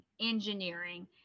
engineering